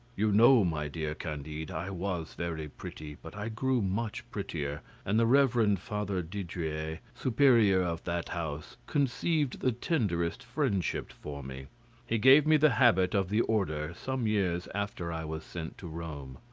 you know, my dear candide, i was very pretty but i grew much prettier, and the reverend father didrie, sixteen superior of that house, conceived the tenderest friendship for me he gave me the habit of the order, some years after i was sent to rome.